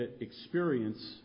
experience